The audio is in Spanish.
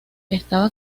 estaba